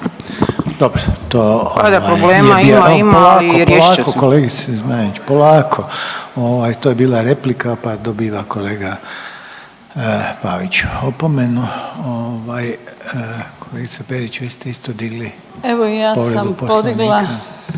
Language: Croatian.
ima, ali …/…… polako, polako kolegice Zmaić polako, to je bila replika pa dobiva kolega Pavić opomenu. Kolegice Perić vi ste isto digli povredu poslovnika.